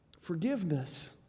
forgiveness